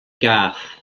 gath